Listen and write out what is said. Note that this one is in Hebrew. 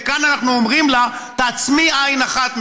וכאן אנחנו אומרים לה: תעצמי עין אחת,